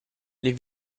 les